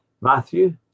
Matthew